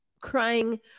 crying